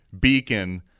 beacon